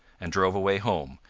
and drove away home,